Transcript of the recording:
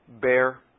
bear